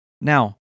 Now